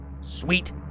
Sweet